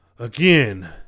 Again